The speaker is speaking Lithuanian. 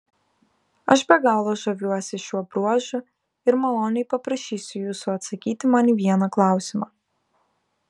aš be galo žaviuosi šiuo bruožu ir maloniai paprašysiu jūsų atsakyti man į vieną klausimą